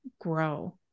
grow